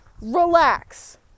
Relax